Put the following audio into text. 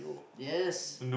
yes